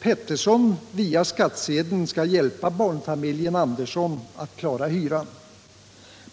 Pettersson via skattsedeln skall hjälpa barnfamiljen Andersson att klara hyran.